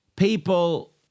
People